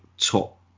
top